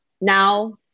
Now